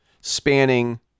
spanning